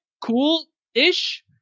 cool-ish